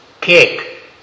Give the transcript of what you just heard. cake